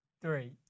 Three